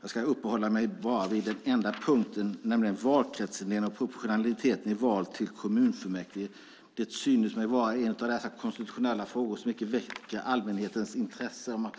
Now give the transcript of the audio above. Jag ska uppehålla mig vid en enda punkt, nämligen valkretsindelningen och proportionaliteten i val till kommunfullmäktige. Det synes mig vara en av de konstitutionella frågor som inte väcker allmänhetens intresse att döma